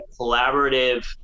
collaborative